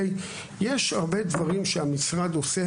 יש הרבה דברים שהמשרד עושה